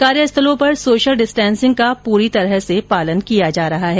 कार्यस्थलों पर social distancing का पूरी तरह से पालन किया जा रहा है